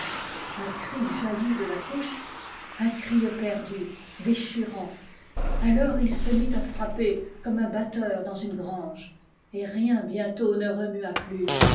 un cri jaillit de la couche un cri éperdu déchirant alors il se mit à frapper comme un batteur dans une grange et rien bientôt ne remua plus